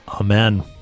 Amen